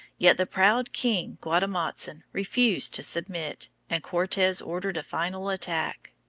yet the proud king guatemotzin refused to submit, and cortes ordered a final attack.